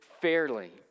fairly